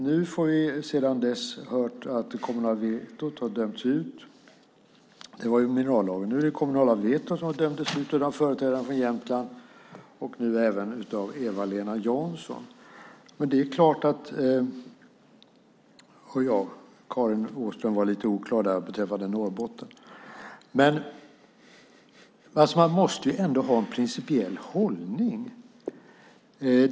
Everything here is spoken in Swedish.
Nu har vi sedan dess hört att det kommunala vetot dömts ut av företrädaren från Jämtland och nu även av Eva-Lena Jansson. Karin Åström var lite oklar beträffande Norrbotten. Man måste ändå ha en principiell hållning.